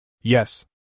Yes